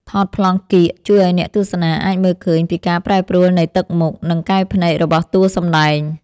ថតប្លង់កៀកជួយឱ្យអ្នកទស្សនាអាចមើលឃើញពីការប្រែប្រួលនៃទឹកមុខ និង កែវភ្នែករបស់តួសម្ដែង។